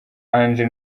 ange